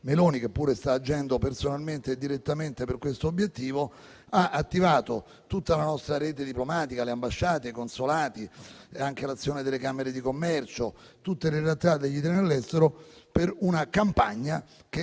Meloni, che pure sta agendo personalmente e direttamente per questo obiettivo, ha attivato tutta la nostra rete diplomatica, le ambasciate, i consolati, le camere di commercio e tutte le realtà degli italiani all'estero per una campagna che